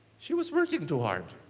she was working too hard.